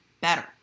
better